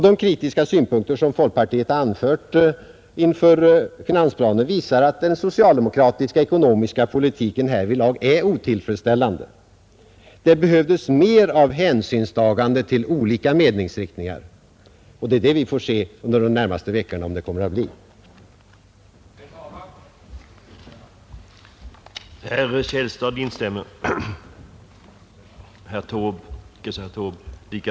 De kritiska synpunkter som folkpartiet anfört inför finansplanen visar att den socialdemokratiska ekonomiska politiken härvidlag är otillfredsställande. Det behövs mera av hänsynstagande till olika meningsriktningar. Under de närmaste veckorna kommer vi att få se om det blir så.